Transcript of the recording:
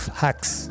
hacks